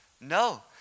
No